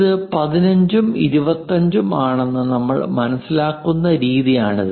ഇത് 15 ഉം 25 ഉം ആണെന്ന് നമ്മൾ മനസ്സിലാക്കുന്ന രീതിയാണിത്